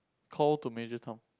call to Major Tom